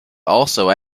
also